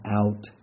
out